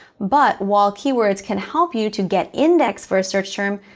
but, while keywords can help you to get index for a search term,